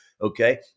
okay